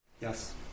Yes